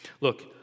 Look